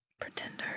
Pretender